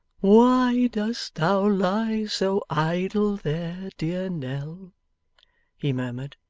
why dost thou lie so idle there, dear nell he murmured,